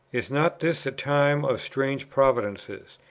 is not this a time of strange providences?